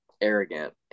arrogant